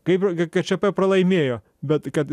kaip ir gie ką čė pė pralaimėjo bet kad